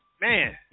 man